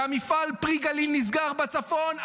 והמפעל פרי הגליל נסגר בצפון,